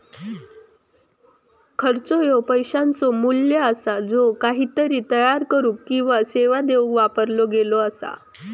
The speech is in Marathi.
खर्च ह्या पैशाचो मू्ल्य असा ज्या काहीतरी तयार करुक किंवा सेवा देऊक वापरला गेला असा